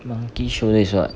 monkey shoulder is what